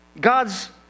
God's